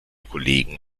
kollegen